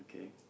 okay